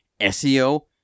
SEO